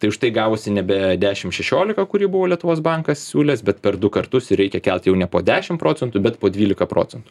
tai už tai gavosi nebe dešim šešiolika kurį buvo lietuvos bankas siūlęs bet per du kartus ir reikia kelt jau ne po dešim procentų bet po dvyliką procentų